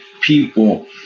people